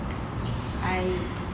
I